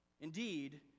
Indeed